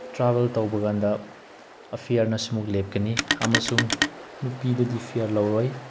travel ꯇꯧꯕꯀꯥꯟꯗ ꯑꯦꯐꯤꯌꯔꯅ ꯑꯁꯤꯃꯨꯛ ꯂꯦꯞꯀꯅꯤ ꯑꯃꯁꯨꯡ ꯅꯨꯄꯤꯗꯗꯤ ꯐꯤꯌꯔ ꯂꯧꯔꯣꯏ